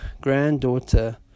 granddaughter